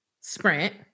sprint